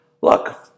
look